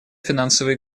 финансовый